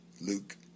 Luke